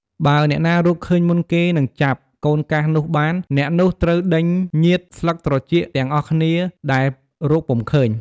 បើអ្នកណារកឃើញមុនគេ និងចាប់ "កូនកាស" នោះបាន អ្នកនោះត្រូវដេញញៀចស្លឹកត្រចៀកអ្នកទាំងអស់គ្នាដែលរកពុំឃើញ។